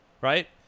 Right